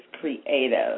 creative